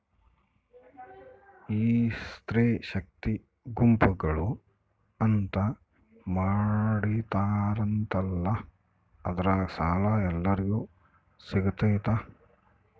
ಈ ಸ್ತ್ರೇ ಶಕ್ತಿ ಗುಂಪುಗಳು ಅಂತ ಮಾಡಿರ್ತಾರಂತಲ ಅದ್ರಾಗ ಸಾಲ ಎಲ್ಲರಿಗೂ ಸಿಗತೈತಾ?